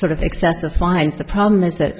sort of excessive fines the problem is that